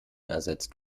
ersetzt